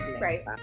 Right